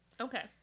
Okay